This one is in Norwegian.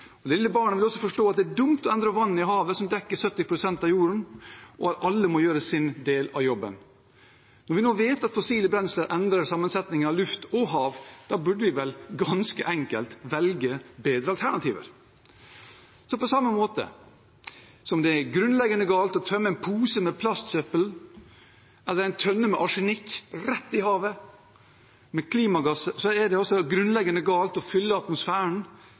Det lille barnet vil også forstå at det er dumt å endre vannet i havet, som dekker 70 pst. av jorda, og at alle må gjøre sin del av jobben. Når vi nå vet at fossile brensler endrer sammensetningen av luft og hav, burde vi vel ganske enkelt velge bedre alternativer. På samme måte som det er grunnleggende galt å tømme en pose med plastsøppel eller en tønne med arsenikk rett i havet, er det grunnleggende galt å fylle atmosfæren